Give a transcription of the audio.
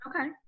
Okay